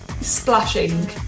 Splashing